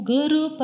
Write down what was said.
Guru